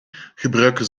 gebruiken